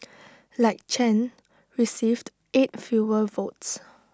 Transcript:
like Chen received eight fewer votes